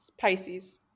Pisces